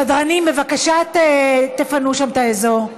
סדרנים, בבקשה תפנו שם את האזור.